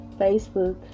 Facebook